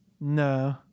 No